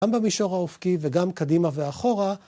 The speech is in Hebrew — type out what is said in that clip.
גם במישור האופקי וגם קדימה ואחורה.